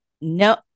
No